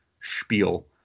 spiel